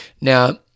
Now